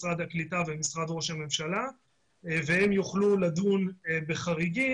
משרד הקליטה ומשרד ראש הממשלה והם יוכלו לדון בחריגים.